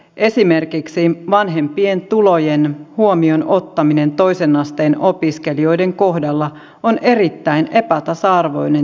esimerkiksi vanhempien tulojen huomioon ottaminen toisen asteen opiskelijoiden kohdalla on erittäin epätasa arvoinen toimi